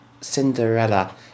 Cinderella